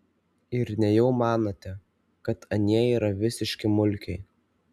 ir nejau manote kad anie yra visiški mulkiai